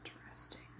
interesting